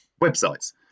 websites